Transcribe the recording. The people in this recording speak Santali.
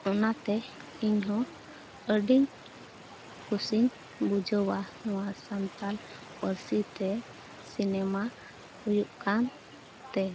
ᱚᱱᱟᱛᱮ ᱤᱧ ᱦᱚᱸ ᱟᱹᱰᱤᱧ ᱠᱩᱥᱤᱧ ᱵᱩᱡᱷᱟᱹᱣᱟ ᱱᱚᱣᱟ ᱥᱟᱱᱛᱟᱲ ᱯᱟᱹᱨᱥᱤᱛᱮ ᱥᱤᱱᱮᱢᱟ ᱦᱩᱭᱩᱜ ᱠᱟᱱᱛᱮ